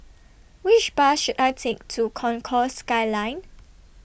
Which Bus should I Take to Concourse Skyline